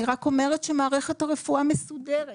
אני רק אומרת שמערכת הרפואה מסודרת.